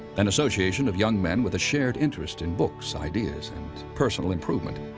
an association of young men with a shared interest in books, ideas, and personal improvement.